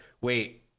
wait